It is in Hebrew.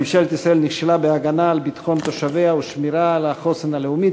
ממשלת ישראל נכשלה בהגנה על ביטחון תושביה ובשמירה על החוסן הלאומי,